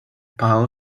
pile